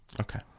Okay